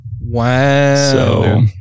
Wow